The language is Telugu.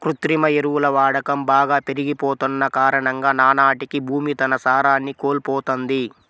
కృత్రిమ ఎరువుల వాడకం బాగా పెరిగిపోతన్న కారణంగా నానాటికీ భూమి తన సారాన్ని కోల్పోతంది